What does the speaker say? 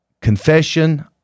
confession